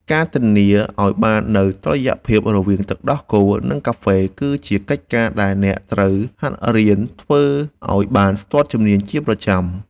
ការធានាឱ្យបាននូវតុល្យភាពរវាងទឹកដោះគោ និងកាហ្វេគឺជាកិច្ចការដែលអ្នកត្រូវហាត់រៀនធ្វើឱ្យបានស្ទាត់ជំនាញជាប្រចាំ។